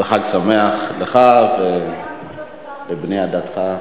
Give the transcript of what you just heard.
חג שמח לך ולבני עדתך.